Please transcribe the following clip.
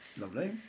Lovely